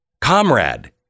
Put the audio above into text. comrade